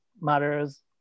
matters